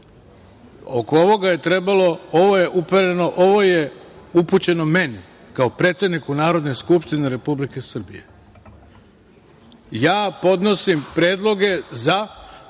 Ja vas samo molim, ovo je upućeno meni kao predsedniku Narodne Skupštine Republike Srbije. Ja podnosim predloge za.